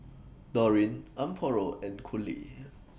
Dorine Amparo and Coley